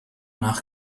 nach